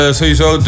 sowieso